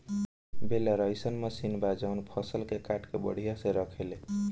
baler अइसन मशीन बा जवन फसल के काट के बढ़िया से रखेले